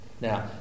Now